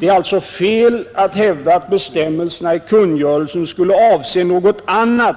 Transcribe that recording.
Det är alltså fel att hävda att bestämmelserna i kungörelsen skulle avse något annat